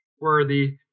worthy